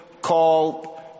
called